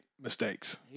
mistakes